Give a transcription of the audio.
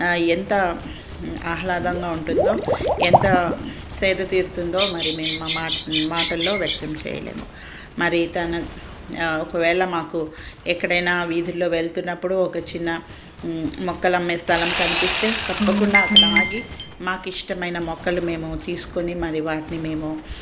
ఎంతా ఆహ్లాదంగా ఉంటుందో ఎంతా సేధ తీరుతుందో మరి మేము మా మాటల్లో వ్యక్తం చేయలేము మరి తన ఒకవేళ మాకు ఎక్కడైనా వీధుల్లో వెళ్తున్నప్పుడు ఒక చిన్న మొక్కలు అమ్మే స్థలం కనిపిస్తే తప్పకుండా అక్కడ ఆగి మాకు ఇష్టమైన మొక్కలు మేము తీసుకొని మరి వాటిని మేము